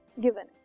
given